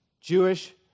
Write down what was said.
Jewish